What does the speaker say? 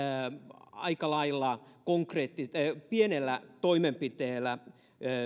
aika lailla pienellä toimenpiteellä